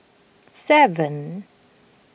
seven